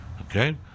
Okay